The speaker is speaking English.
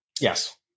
Yes